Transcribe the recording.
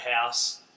house